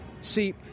See